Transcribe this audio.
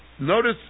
Notice